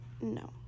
No